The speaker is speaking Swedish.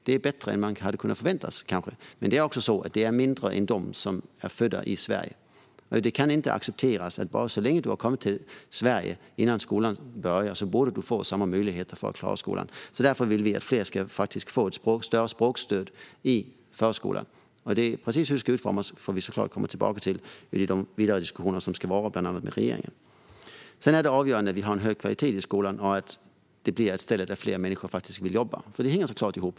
Det är kanske bättre än man hade kunnat förvänta sig, men det är mindre än bland dem som är födda i Sverige. Det kan inte accepteras. Om man har kommit till Sverige innan skolan börjar borde man få samma möjligheter att klara skolan. Därför vill vi att fler ska få språkstöd i förskolan. Hur det ska utformas får vi såklart komma tillbaka till i de vidare diskussioner som ska föras bland annat med regeringen. Det är avgörande att vi har en hög kvalitet i skolan och att det blir ett ställe där fler människor vill jobba. Detta hänger såklart ihop.